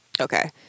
Okay